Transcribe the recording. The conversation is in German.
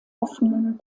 offenen